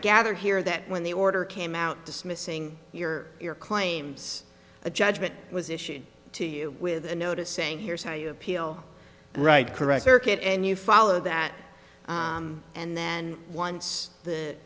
gather here that when the order came out dismissing your your claims the judgment was issued to you with a notice saying here's how you appeal the right correct circuit and you follow that and then once the